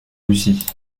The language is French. russie